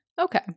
okay